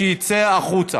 שיצא החוצה.